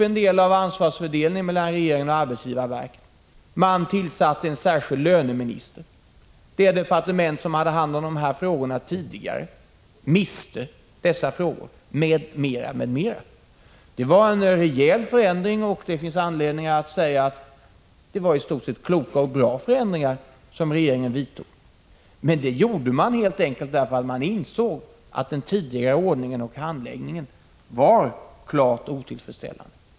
En del av ansvarsfördelningen mellan regeringen och arbetsgivarverket klarades 31 Prot. 1985/86:146 upp. En särskild löneminister tillsattes, och det departement som tidigare 21 maj 1986 hade hand om dessa frågor miste dem. Det finns anledning att säga att det var i stort sett kloka och bra STaRS ing av stätsråt förändringar som regeringen vidtog. Regeringen gjorde detta helt enkelt dens tjänsteutövning Se a - i me HR därför att den insåg att den tidigare ordningen och handläggningen var klart otillfredsställande.